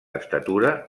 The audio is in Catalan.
estatura